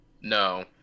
no